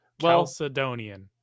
chalcedonian